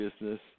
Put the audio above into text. business